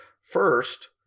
First